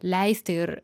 leisti ir